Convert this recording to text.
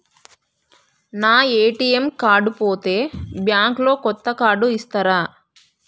నా ATM card పోతే bank లో కొత్త కార్డు ఇస్తరా?